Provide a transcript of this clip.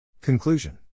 Conclusion